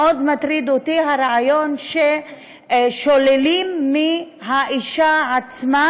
מאוד מטריד אותי הרעיון ששוללים מהאישה עצמה,